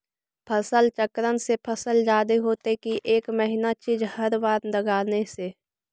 फसल चक्रन से फसल जादे होतै कि एक महिना चिज़ हर बार लगाने से?